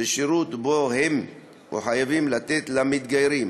בשירות שבו הם מחויבים לתת למתגיירים